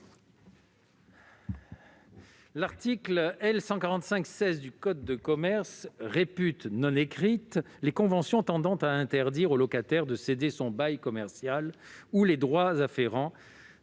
L'article L. 145-16 du code de commerce répute non écrites les conventions tendant à interdire au locataire de céder son bail commercial ou les droits afférents